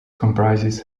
comprises